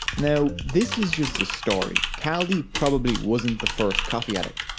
now this is just a story. kaldi probably wasn't the first coffee addict.